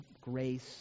grace